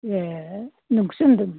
ए नोंसो होनदों